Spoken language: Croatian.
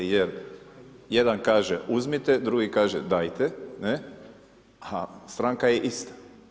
Jer jedan kaže uzmite, drugi kažite dajte, ne, a stranka je ista.